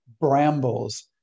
brambles